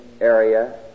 area